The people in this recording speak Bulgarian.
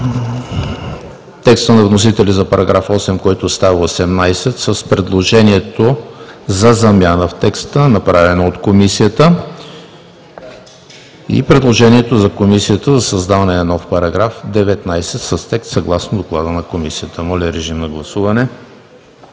текста на вносителя за § 8, който става § 18 с предложението за замяна в текста, направено от Комисията, и предложението на Комисията за създаване на нов § 19 с текст съгласно Доклада на Комисията. Гласували